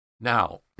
Now